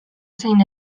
zein